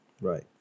Right